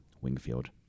Wingfield